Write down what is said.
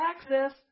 access